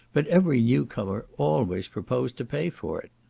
but every new comer always proposed to pay for it.